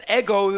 ego